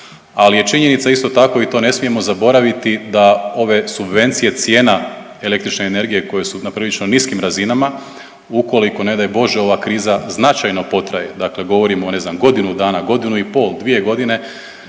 ali je činjenica isto tako i to ne smijemo zaboraviti da ove subvencije cijena električne energije koje su na prilično niskim razinama ukoliko ne daj Bože ova kriza značajno potraje, dakle govorimo o ne znam godinu dana, godinu i pol, dvije godine,